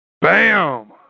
Bam